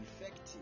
effective